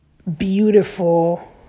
beautiful